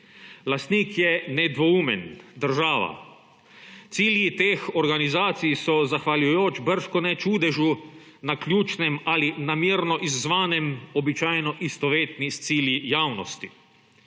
Lastnik je nedvoumen – država. Cilji teh organizacij so zahvaljujoč bržkone čudežu, naključnem ali namerno izzvanem, običajno istovetni s cilji javnosti.